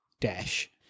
dash